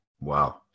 Wow